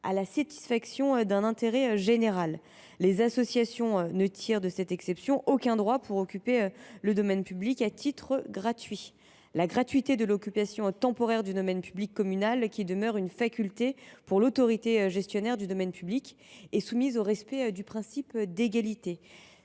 à la satisfaction d’un intérêt général ». Les associations ne tirent de cette exception aucun droit à occuper le domaine public à titre gratuit. La gratuité de l’occupation temporaire du domaine public communal demeure une faculté pour l’autorité gestionnaire du domaine public, faculté soumise au respect du principe d’égalité.